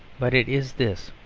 but it is this.